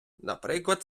наприклад